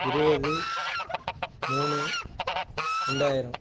இருபது மூணு ரெண்டாயிரம்